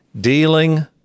dealing